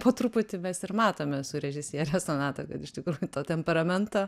po truputį mes ir matome su režisiere sonata kad iš tikrųjų to temperamento